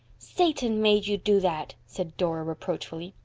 satan made you do that, said dora reproachfully.